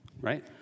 right